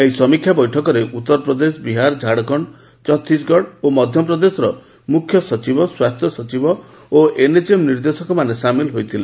ଏହି ସମୀକ୍ଷା ବୈଠକରେ ଉତ୍ତରପ୍ରଦେଶ ବିହାର ଝାଡ଼ଖଣ୍ଡ ଛତିଶଗଡ଼ ଓ ମଧ୍ୟପ୍ରଦେଶର ମୁଖ୍ୟ ସଚିବ ସ୍ୱାସ୍ଥ୍ୟ ସଚିବ ଓ ଏନ୍ଏଚ୍ଏମ୍ ନିର୍ଦ୍ଦେଶକମାନେ ସାମିଲ ହୋଇଥିଲେ